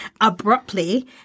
abruptly